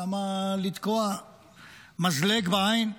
למה לתקוע מזלג בעין?